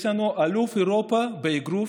יש לנו אלוף אירופה באגרוף,